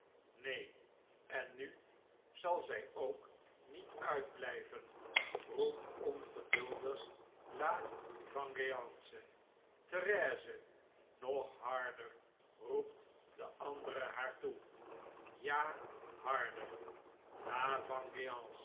neen en nu zal zy ook niet uitbiyven roept ongeduldigl a vengeance therese nog harder roept de andere haar toe ja narder la